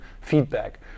feedback